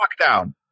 lockdown